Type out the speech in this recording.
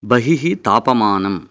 बहिः तापमानम्